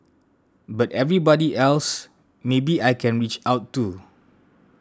but everybody else maybe I can reach out to